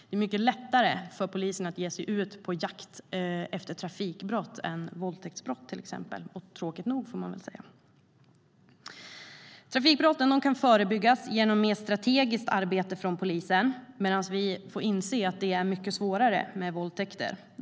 Det är mycket lättare för polisen att ge sig ut på jakt efter trafikbrott än till exempel våldtäktsbrott - tråkigt nog, får man väl säga. Trafikbrotten kan förebyggas genom ett mer strategiskt arbete från polisen, medan vi får inse att det är mycket svårare med våldtäkter.